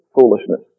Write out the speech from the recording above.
foolishness